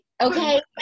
okay